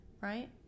right